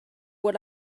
what